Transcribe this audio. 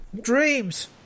Dreams